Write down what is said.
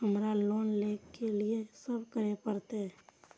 हमरा लोन ले के लिए की सब करे परते?